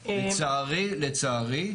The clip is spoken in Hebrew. לצערי,